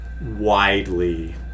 widely